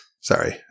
Sorry